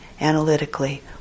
analytically